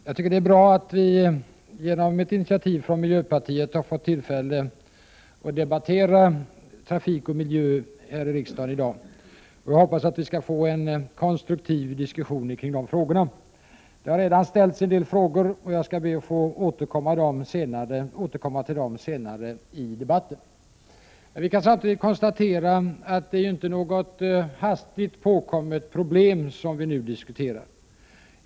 Herr talman! Det är bra att vi genom ett initiativ från miljöpartiet har fått tillfälle att i dag här i riksdagen debattera trafik och miljö. Jag hoppas att vi skall få en konstruktiv diskussion kring de frågorna. Det har redan ställts en del frågor till mig, och jag skall be att få återkomma till dem senare i debatten. Vi kan konstatera att det inte är något hastigt påkommet problem som vi nu diskuterar.